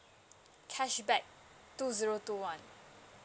cashback two zero two one